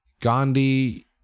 Gandhi